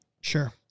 Sure